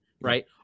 right